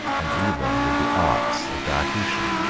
and even with the arts of diocletian.